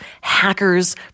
hackers